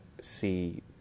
see